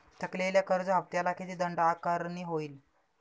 थकलेल्या कर्ज हफ्त्याला किती दंड आकारणी होईल?